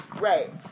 Right